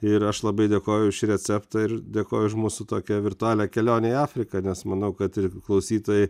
ir aš labai dėkoju už šį receptą ir dėkoju už mūsų tokią virtualią kelionę į afriką nes manau kad ir klausytojai